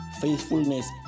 faithfulness